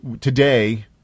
today